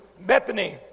Bethany